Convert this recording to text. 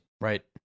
Right